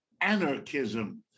anarchism